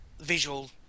visual